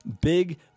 big